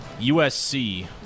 USC